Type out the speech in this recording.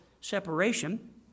separation